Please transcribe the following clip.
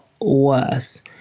worse